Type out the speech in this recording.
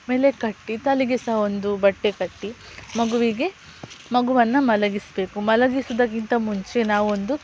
ಮೇಲೆ ಕಟ್ಟಿ ತಲೆಗೆ ಸಹ ಒಂದು ಬಟ್ಟೆ ಕಟ್ಟಿ ಮಗುವಿಗೆ ಮಗುವನ್ನು ಮಲಗಿಸಬೇಕು ಮಲಗಿಸುವುದಕ್ಕಿಂತ ಮುಂಚೆ ನಾವೊಂದು